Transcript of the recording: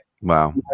Wow